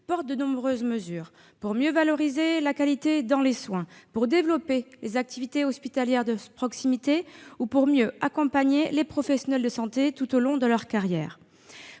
portent de nombreuses mesures : pour mieux valoriser la qualité dans les soins, pour développer les activités hospitalières de proximité ou pour mieux accompagner les professionnels de santé tout au long de leur carrière.